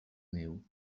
niu